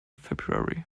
february